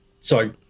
Sorry